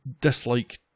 dislike